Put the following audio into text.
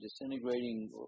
disintegrating